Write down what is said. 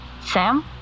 Sam